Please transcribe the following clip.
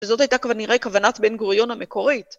וזאת הייתה ככל נראה כוונת בן-גוריון המקורית.